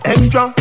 Extra